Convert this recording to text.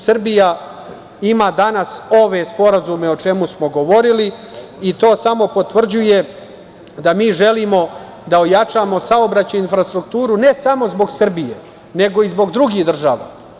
Srbija ima danas ove sporazume o čemu smo govorili i to samo potvrđuje da mi želimo da ojačamo saobraćajnu infrastrukturu ne samo zbog Srbije, nego i zbog drugih država.